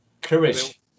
courage